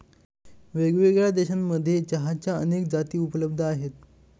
वेगळ्यावेगळ्या देशांमध्ये चहाच्या अनेक जाती उपलब्ध आहे